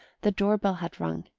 the door-bell had rung,